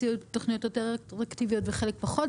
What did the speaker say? הציעו תוכניות יותר אטרקטיביות וחלק פחות.